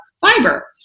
fiber